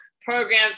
program